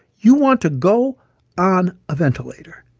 you want to go on a ventilator?